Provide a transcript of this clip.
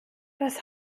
das